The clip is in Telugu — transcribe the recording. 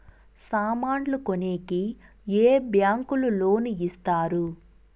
సామాన్లు కొనేకి ఏ బ్యాంకులు లోను ఇస్తారు?